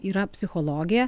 yra psichologė